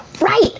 right